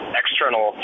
external